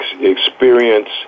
experience